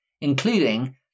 including